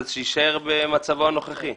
שיישאר במצבו הנוכחי.